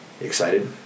Excited